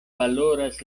valoras